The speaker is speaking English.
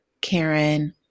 Karen